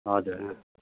हजुर